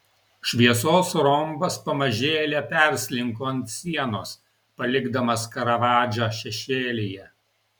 šviesos rombas pamažėle perslinko ant sienos palikdamas karavadžą šešėlyje